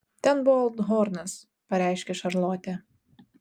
ten buvo althornas pareiškė šarlotė